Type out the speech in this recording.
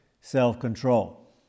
self-control